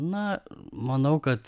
na manau kad